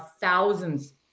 thousands